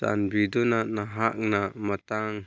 ꯆꯥꯟꯕꯤꯗꯨꯅ ꯅꯍꯥꯛꯅ ꯃꯊꯪ